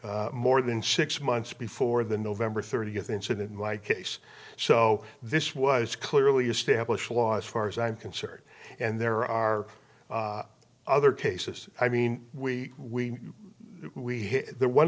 th more than six months before the november thirtieth incident in my case so this was clearly established law as far as i'm concerned and there are other cases i mean we we